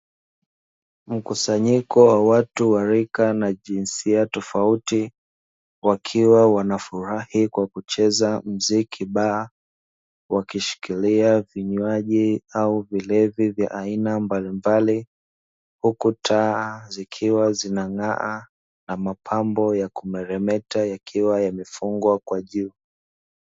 Mkusanyiko wa watu wa rika na jinsia tofauti, wakiwa wanafurahi kwa kucheza muziki baa, wakishikilia vinywaji au vilevi vya aina mbalimbali, huku taa zikiwa zinang'aa na mapambo ya kumeremeta yakiwa yamefungwa kwa juu.